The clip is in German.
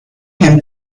hemmt